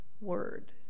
word